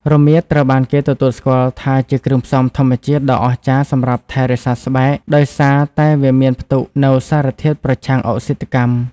រមៀតត្រូវបានគេទទួលស្គាល់ថាជាគ្រឿងផ្សំធម្មជាតិដ៏អស្ចារ្យសម្រាប់ថែរក្សាស្បែក ដោយសារតែវាមានផ្ទុកនូវសារធាតុប្រឆាំងអុកស៊ីតកម្ម។